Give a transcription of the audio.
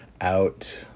out